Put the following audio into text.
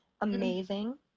Amazing